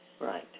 Right